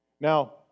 Now